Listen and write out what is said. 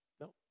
no